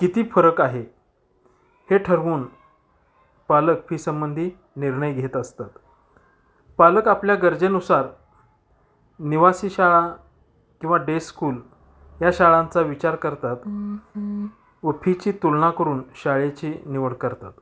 किती फरक आहे हे ठरवून पालक फीसंबंधी निर्णय घेत असतात पालक आपल्या गरजेनुसार निवासी शाळा किंवा डे स्कूल या शाळांचा विचार करतात व फीची तुलना करून शाळेची निवड करतात